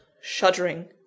shuddering